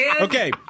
Okay